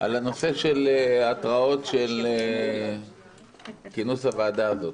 על הנושא של התראות של כינוס הוועדה הזאת.